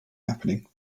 happening